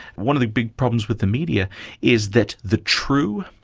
one of the big problems with the media is that the true,